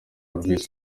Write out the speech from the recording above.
olvis